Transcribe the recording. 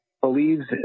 believes